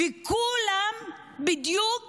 וכולם בדיוק